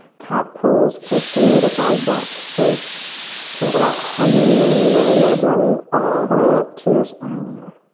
cat pose for three to five breaths. so think about hugging your lower belly all the way up to your spine here.